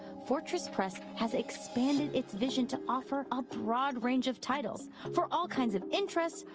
fortress press has expanded its vision to offer a broad range of titles for all kinds of interests,